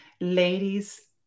Ladies